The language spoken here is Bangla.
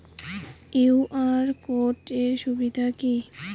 কিউ.আর কোড এর সুবিধা কি?